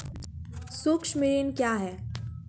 सुक्ष्म ऋण क्या हैं?